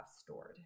stored